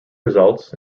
results